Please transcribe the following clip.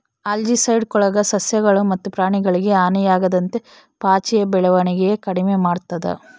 algicide ಕೊಳದ ಸಸ್ಯಗಳು ಮತ್ತು ಪ್ರಾಣಿಗಳಿಗೆ ಹಾನಿಯಾಗದಂತೆ ಪಾಚಿಯ ಬೆಳವಣಿಗೆನ ಕಡಿಮೆ ಮಾಡ್ತದ